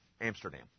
Amsterdam